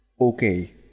okay